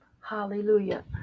hallelujah